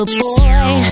boy